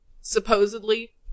supposedly